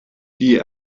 die